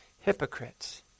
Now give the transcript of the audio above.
hypocrites